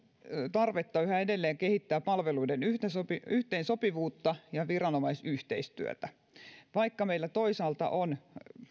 tarvetta yhä edelleen kehittää palveluiden yhteensopivuutta ja viranomaisyhteistyötä vaikka meillä toisaalta on